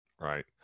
Right